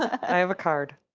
i have a card.